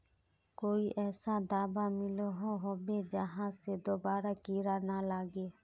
कोई ऐसा दाबा मिलोहो होबे जहा से दोबारा कीड़ा ना लागे?